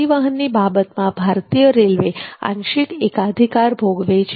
પરિવહનની બાબતમાં ભારતીય રેલવે આંશિક એકાધિકાર ભોગવે છે